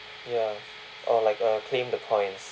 ya or like uh claim the points